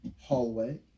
hallway